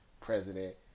president